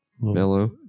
mellow